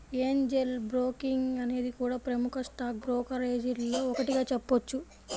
Angel Broking అనేది కూడా ప్రముఖ స్టాక్ బ్రోకరేజీల్లో ఒకటిగా చెప్పొచ్చు